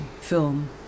film